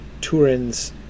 Turin's